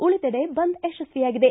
ಉಳಿದೆಡೆ ಬಂದ್ ಯಶಸ್ವಿಯಾಗಿದೆ